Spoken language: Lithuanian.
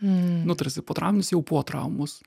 nu tarsi potrauminis jau po traumos